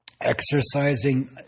exercising